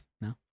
No